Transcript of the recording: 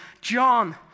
John